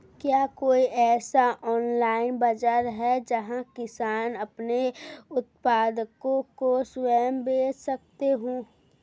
क्या कोई ऐसा ऑनलाइन बाज़ार है जहाँ किसान अपने उत्पादकों को स्वयं बेच सकते हों?